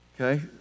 Okay